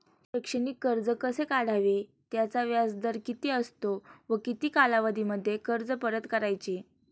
शैक्षणिक कर्ज कसे काढावे? त्याचा व्याजदर किती असतो व किती कालावधीमध्ये कर्ज परत करायचे?